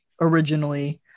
originally